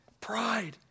Pride